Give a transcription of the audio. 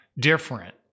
different